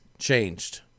changed